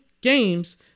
games